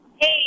Hey